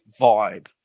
vibe